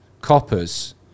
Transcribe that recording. coppers